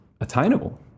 attainable